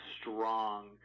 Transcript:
strong